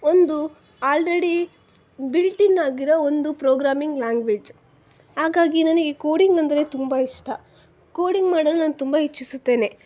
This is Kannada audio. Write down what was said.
ಒಂದು ಆಲ್ರೆಡಿ ಬಿಲ್ಟ್ಇನ್ ಆಗಿರೋ ಒಂದು ಪ್ರೋಗ್ರಾಮಿಂಗ್ ಲ್ಯಾಂಗ್ವೇಜ್ ಹಾಗಾಗಿ ನನಗೆ ಕೋಡಿಂಗ್ ಅಂದರೆ ತುಂಬ ಇಷ್ಟ ಕೋಡಿಂಗ್ ಮಾಡಲು ನಾನು ತುಂಬ ಇಚ್ಛಿಸುತ್ತೇನೆ